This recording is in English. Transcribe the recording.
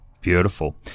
Beautiful